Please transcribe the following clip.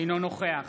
אינו נוכח